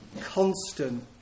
constant